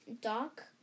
Doc